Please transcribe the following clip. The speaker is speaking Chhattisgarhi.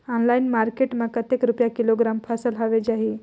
ऑनलाइन मार्केट मां कतेक रुपिया किलोग्राम फसल हवे जाही?